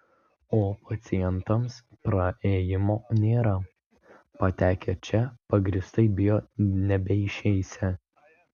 o pacientams praėjimo nėra patekę čia pagrįstai bijo nebeišeisią